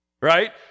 right